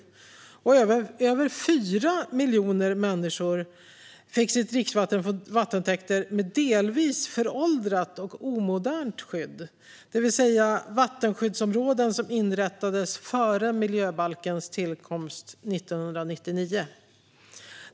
Vidare fick över 4 miljoner människor sitt dricksvatten från vattentäkter med delvis föråldrat och omodernt skydd, det vill säga vattenskyddsområden som inrättades före miljöbalkens tillkomst 1999.